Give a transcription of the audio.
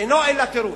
אינו אלא תירוץ.